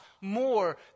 more